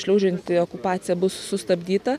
šliaužianti okupacija bus sustabdyta